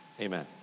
Amen